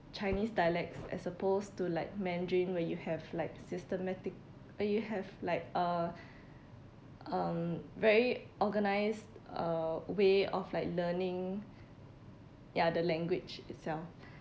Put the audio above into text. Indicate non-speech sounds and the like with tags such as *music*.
chinese dialects as opposed to like mandarin where you have like systematic uh you have like uh *breath* um very organized uh way of like learning ya the language itself